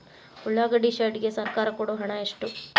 ಉಳ್ಳಾಗಡ್ಡಿ ಶೆಡ್ ಗೆ ಸರ್ಕಾರ ಕೊಡು ಹಣ ಎಷ್ಟು?